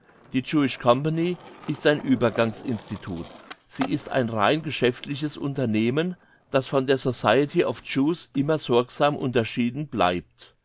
company ist ein uebergangs institut sie ist ein rein geschäftliches unternehmen das von der society of jews immer sorgsam unterschieden bleibt